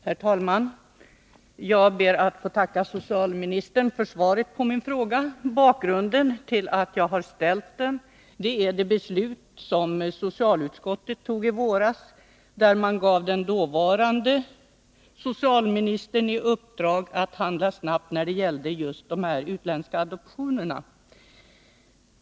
Herr talman! Jag ber att få tacka socialministern för svaret på min fråga. Bakgrunden till min fråga är det beslut som socialutskottet fattade i våras, varvid man gav den dåvarande socialministern i uppdrag att handla snabbt när det gällde de utländska adoptionerna.